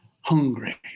hungry